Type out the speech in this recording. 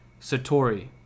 Satori